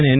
અને એન